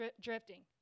drifting